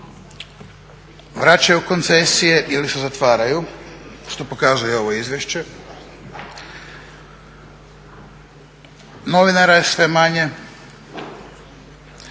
vraćaju koncesije ili se zatvaraju što pokazuje ovo izvješće, novinara je sve manje,